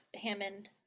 Hammond